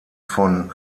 von